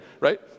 Right